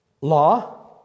Law